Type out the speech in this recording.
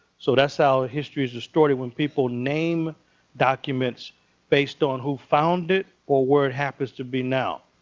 so that's how ah history is distorted when people name documents based on who found it or where it happens to be now.